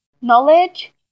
Knowledge